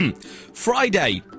Friday